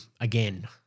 again